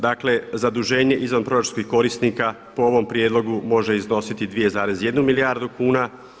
Dakle, zaduženje izvanproračunskih korisnika po ovom prijedlogu može iznositi 2,1 milijardu kuna.